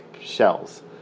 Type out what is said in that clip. shells